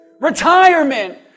retirement